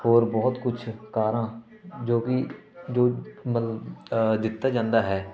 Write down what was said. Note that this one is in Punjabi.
ਹੋਰ ਬਹੁਤ ਕੁਛ ਕਾਰਾਂ ਜੋ ਕਿ ਜੋ ਮਤਲਬ ਦਿੱਤਾ ਜਾਂਦਾ ਹੈ